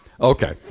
Okay